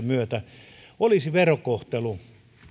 myötä olisi verokohtelu